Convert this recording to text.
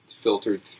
filtered